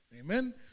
Amen